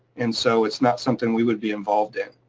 and so it's not something we would be involved in.